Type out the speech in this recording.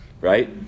Right